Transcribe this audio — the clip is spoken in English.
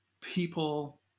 people